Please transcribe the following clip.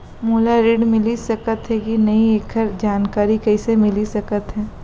मोला ऋण मिलिस सकत हे कि नई एखर जानकारी कइसे मिलिस सकत हे?